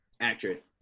Accurate